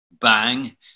bang